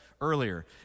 earlier